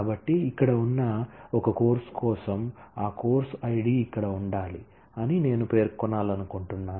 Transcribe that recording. కాబట్టి ఇక్కడ ఉన్న ఒక కోర్సు కోసం ఆ కోర్సు ఐడి ఇక్కడ ఉండాలి అని నేను పేర్కొనాలనుకుంటున్నాను